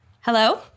Hello